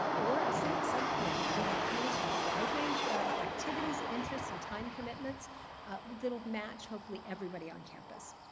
ah or a senate subcommittee. we have committees with a wide range of activities, and interests, and time commitments that'll match, hopefully, everybody on campus.